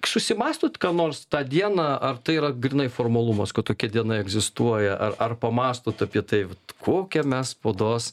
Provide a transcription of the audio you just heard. susimąstot ką nors tą dieną ar tai yra grynai formalumas kad tokia diena egzistuoja ar ar pamąstot apie tai kokią mes spaudos